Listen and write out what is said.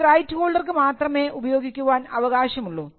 അത് റൈറ്റ് ഹോൾഡർക്ക് മാത്രമേ ഉപയോഗിക്കാൻ അവകാശമുള്ളൂ